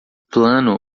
plano